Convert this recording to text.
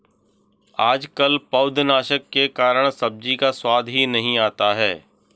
आजकल पौधनाशक के कारण सब्जी का स्वाद ही नहीं आता है